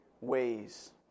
ways